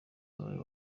wabaye